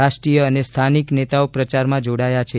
રાષ્ટ્રીય અને સ્થાનિક નેતાઓ પ્રચારમાં જોડાયા છે